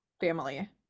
family